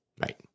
Right